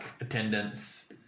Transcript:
attendance